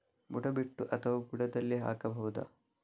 ಬುಡ ಬಿಟ್ಟು ಅಥವಾ ಬುಡದಲ್ಲಿ ಹಾಕಬಹುದಾ?